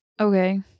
Okay